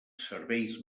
serveis